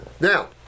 Now